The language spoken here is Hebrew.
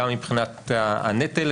גם מבחינת הנטל,